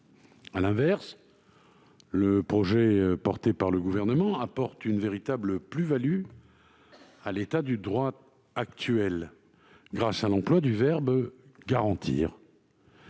À l'inverse, le projet du Gouvernement apporte une véritable plus-value au droit actuel grâce à l'emploi du verbe « garantir »,